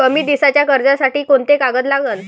कमी दिसाच्या कर्जासाठी कोंते कागद लागन?